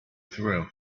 through